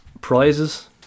prizes